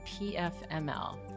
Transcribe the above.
pfml